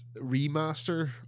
remaster